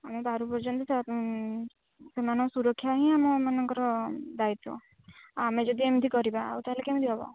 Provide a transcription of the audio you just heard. ଆମେ ପାରୁ ପର୍ଯ୍ୟନ୍ତ ସେମାନଙ୍କ ସୁରକ୍ଷା ହିଁ ଆମମାନଙ୍କର ଦାୟିତ୍ୱ ଆଉ ଆମେ ଯଦି ଏମିତି କରିବା ଆଉ ତା'ହେଲେ କେମିତି ହେବ